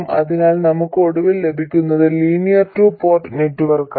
അതിനാൽ നമുക്ക് ഒടുവിൽ ലഭിക്കുന്നത് ലീനിയർ ടു പോർട്ട് നെറ്റ്വർക്കാണ്